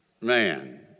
man